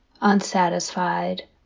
unsatisfied